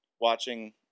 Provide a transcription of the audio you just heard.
watching